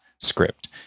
script